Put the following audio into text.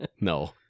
no